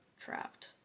trapped